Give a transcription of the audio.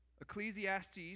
Ecclesiastes